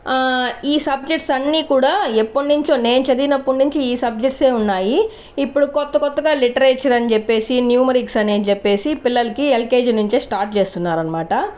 ఈ సబ్జెక్ట్స్ అన్నీ కూడా ఎప్పట్నుంచో నేను చదివినప్పట్నుంచి ఈ సబ్జెక్ట్సే ఉన్నాయి ఇప్పుడు కొత్త కొత్తగా లిటరేచర్ అని చెప్పేసి న్యూమరిక్స్ అని చెప్పేసి పిల్లలకి ఎల్కేజీ నుంచే స్టార్ట్ చేస్తున్నారన్మాట